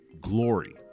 glory